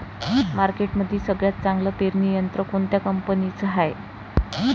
मार्केटमंदी सगळ्यात चांगलं पेरणी यंत्र कोनत्या कंपनीचं हाये?